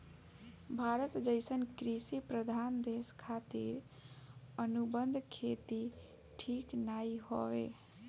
भारत जइसन कृषि प्रधान देश खातिर अनुबंध खेती ठीक नाइ हवे